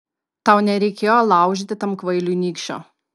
tau nereikėjo laužyti tam kvailiui nykščio